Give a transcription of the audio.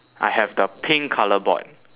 I have the pink colour board